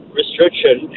restriction